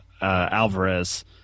alvarez